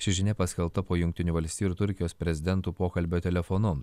ši žinia paskelbta po jungtinių valstijų ir turkijos prezidentų pokalbio telefonu